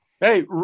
Hey